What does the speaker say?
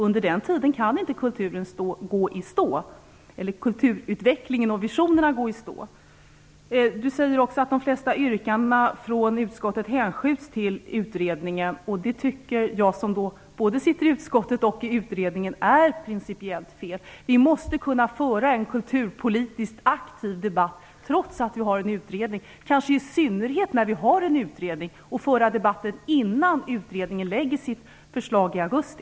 Under den tiden kan inte kulturutvecklingen och visionerna gå i stå. Marianne Andersson säger också att de flesta yrkandena från utskottet hänskjuts till utredningen. Det tycker jag, som sitter i både utskottet och utredningen, är principiellt fel. Vi måste kunna föra en kulturpolitiskt aktiv debatt, trots att vi har en utredning, kanske i synnerhet när vi har en utredning, och debatten måste kunna föras innan utredningen lägger fram sitt förslag i augusti.